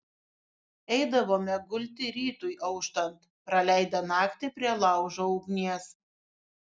eidavome gulti rytui auštant praleidę naktį prie laužo ugnies